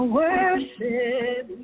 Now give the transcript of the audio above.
worship